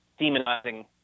demonizing